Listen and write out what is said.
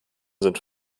sind